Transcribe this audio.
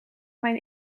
mijn